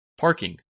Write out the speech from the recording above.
Parking